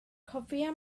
cofia